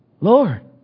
Lord